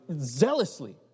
zealously